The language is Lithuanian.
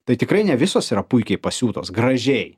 tai tikrai ne visos yra puikiai pasiūtos gražiai